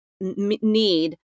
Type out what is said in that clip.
need